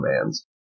commands